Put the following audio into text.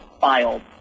filed